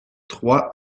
trois